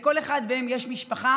לכל אחד מהם יש משפחה.